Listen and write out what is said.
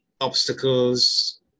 obstacles